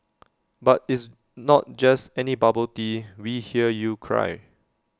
but it's not just any bubble tea we hear you cry